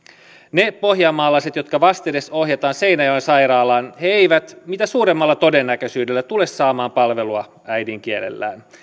ne pohjanmaalaiset jotka vastedes ohjataan seinäjoen sairaalaan eivät mitä suurimmalla todennäköisyydellä tule saamaan palvelua äidinkielellään